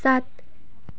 सात